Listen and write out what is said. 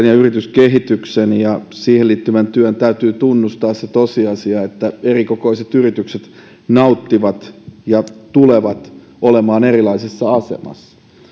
ja yrityskehityksen ja siihen liittyvän työn täytyy tunnustaa se tosiasia että erikokoiset yritykset nauttivat ja tulevat olemaan erilaisessa asemassa